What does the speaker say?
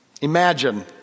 Imagine